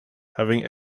having